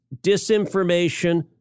disinformation